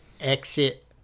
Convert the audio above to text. exit